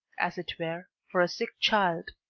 as it were, for a sick child.